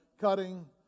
Cutting